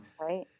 Right